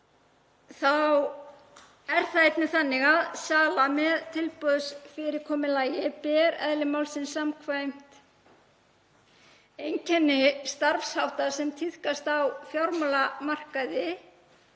Þá er það einnig þannig að sala með tilboðsfyrirkomulagi ber eðli málsins samkvæmt einkenni starfshátta sem tíðkast á fjármálamarkaði